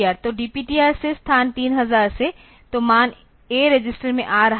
तो DPTR से स्थान 3000 से तो मान A रजिस्टर में आ रहा है